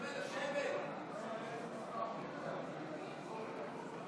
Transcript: בעד, 45,